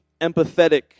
empathetic